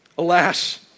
Alas